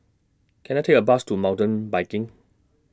Can I Take A Bus to Mountain Biking